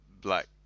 black